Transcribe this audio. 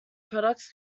products